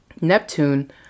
Neptune